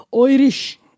Irish